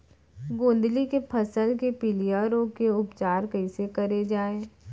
गोंदली के फसल के पिलिया रोग के उपचार कइसे करे जाये?